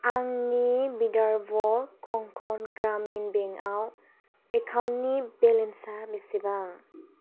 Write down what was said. आंनि विधर्व कंकन ग्रामिन बेंक आव एकाउन्टनि बेलेन्सा बेसेबां